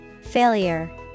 Failure